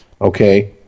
okay